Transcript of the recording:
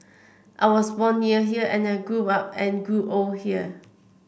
I was born near here and I grew up and grew old here